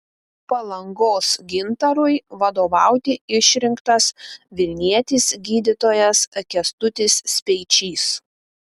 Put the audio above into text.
palangos gintarui vadovauti išrinktas vilnietis gydytojas kęstutis speičys